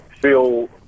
feel –